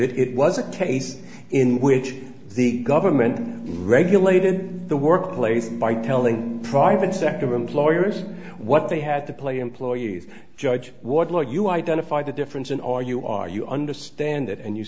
d it was a case in which the government regulated the workplace by telling private sector employers what they had to play employees judge what law you identify the difference in are you are you understand it and you